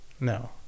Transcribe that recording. no